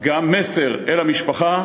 גם מסר אל המשפחה,